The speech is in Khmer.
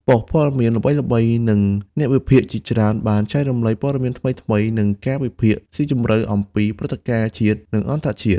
ប៉ុស្តិ៍ព័ត៌មានល្បីៗ និងអ្នកវិភាគជាច្រើនបានចែករំលែកព័ត៌មានថ្មីៗ និងការវិភាគស៊ីជម្រៅអំពីព្រឹត្តិការណ៍ជាតិ និងអន្តរជាតិ។